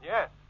Yes